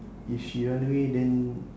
if she run away then